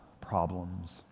problems